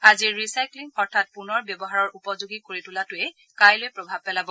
আজিৰ ৰিচাইক্লিং অৰ্থাৎ পুনৰ ব্যৱহাৰৰ উপযোগী কৰি তোলাটোৱেই কাইলৈ প্ৰভাৱ পেলাব